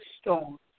storm